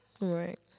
Right